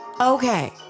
Okay